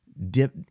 dip